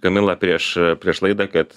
kamila prieš prieš laidą kad